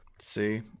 See